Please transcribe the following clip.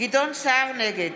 נגד